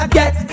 get